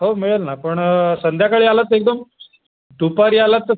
हो मिळेल ना पण संध्याकाळी आलात तर एकदम दुपारी आलात तर